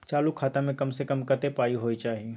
चालू खाता में कम से कम कत्ते पाई होय चाही?